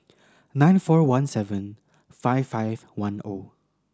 nine four one seven five five one O